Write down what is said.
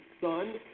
son